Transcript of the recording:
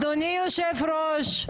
אדוני היושב ראש,